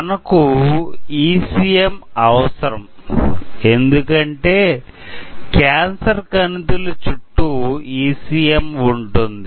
మనకు ECM అవసరం ఎందుకంటే క్యాన్సర్ కణితలు చుట్టూ ఈసీఎం ఉంటుంది